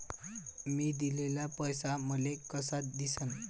मी दिलेला पैसा मले कसा दिसन?